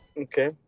Okay